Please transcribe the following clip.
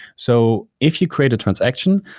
so if you create a transaction,